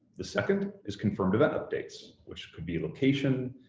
the second is confirmed event updates, which could be a location,